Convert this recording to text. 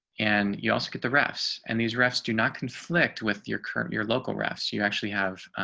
and you also get the refs and these refs do not conflict with your current your local refs, you actually have